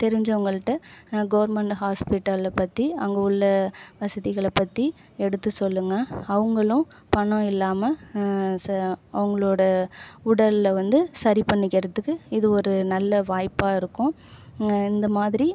தெரிஞ்சவங்கள்ட்ட நான் கவுர்மெண்ட் ஹாஸ்பிட்டலை பற்றி அங்கே உள்ளே வசதிகளை பற்றி எடுத்து சொல்லுங்கள் அவங்களும் பணம் இல்லாமல் ச அவங்களோட உடலில் வந்து சரி பண்ணிக்கிறத்துக்கு இது ஒரு நல்ல வாய்ப்பாக இருக்கும் இந்தமாதிரி